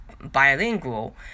bilingual